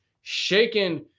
shaking